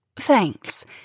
thanks